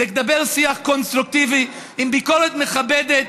לדבר שיח קונסטרוקטיבי עם ביקורת מכבדת,